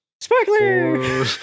Sparkler